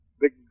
big